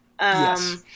Yes